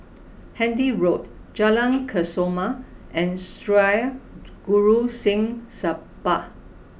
Handy Road Jalan Kesoma and Sri Guru Singh Sabha